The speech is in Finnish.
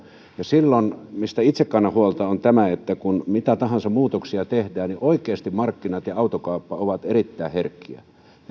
ja se mistä itse kannan huolta on tämä että kun mitä tahansa muutoksia tehdään niin oikeasti markkinat ja autokauppa ovat erittäin herkkiä ne